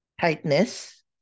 tightness